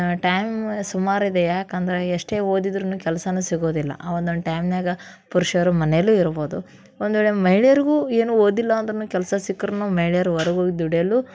time ಸುಮಾರಿದೆ ಯಾಕೆಂದರೆ ಎಷ್ಟೇ ಓದಿದ್ರೂ ಕೆಲ್ಸನೂ ಸಿಗೋದಿಲ್ಲ ಆ ಒಂದೊಂದು ಟೈಮಿನ್ಯಾಗ ಪುರುಷರು ಮನೆಯಲ್ಲು ಇರ್ಬೋದು ಒಂದು ವೇಳೆ ಮಹಿಳೆಯರಿಗೂ ಏನೂ ಓದಿಲ್ಲ ಅಂದ್ರೂ ಕೆಲಸ ಸಿಕ್ರೂ ಮಹಿಳೆಯರು ಹೊರ್ಗೆ ಹೋಗಿ ದುಡಿಯಲು